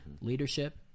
Leadership